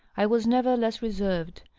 i was never less reserved,